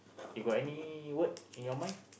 you got any word in your mind